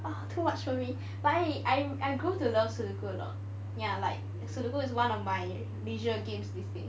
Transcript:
too much for me but I I grew to love sudoku a lot ya like sudoku is one of my leisure games these days